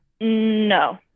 No